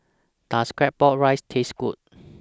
Does Claypot Rice Taste Good